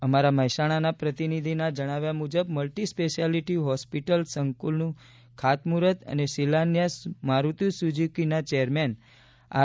અમારા મહેસાણાના પ્રતિનિધિના જણાવ્યા મુજબ મલ્ટિ સ્પેશ્યાલિટી હોસ્પિટલ સંકુલનું ખાતમુહૂર્ત અને શિલાયન્સ મારૂતિ સુઝુકીના ચેરમેન આર